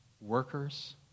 workers